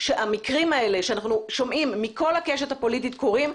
שהמקרים האלה שאנחנו שומעים מכל הקשת הפוליטית שקורים,